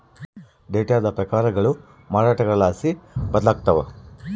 ಡೇಟಾದ ಪ್ರಕಾರಗಳು ಮಾರಾಟಗಾರರ್ಲಾಸಿ ಬದಲಾಗ್ತವ